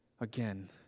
Again